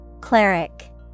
Cleric